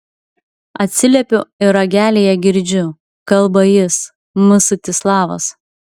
atsiliepiu ir ragelyje girdžiu kalba jis mstislavas